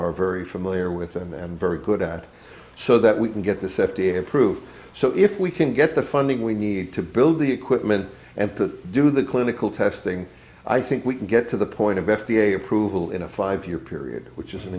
are very familiar with and very good at so that we can get this f d a approved so if we can get the funding we need to build the equipment and to do the clinical testing i think we can get to the point of f d a approval in a five year period which is